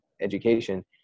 education